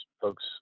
folks